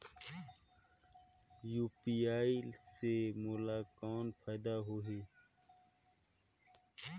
UPI से मोला कौन फायदा होही?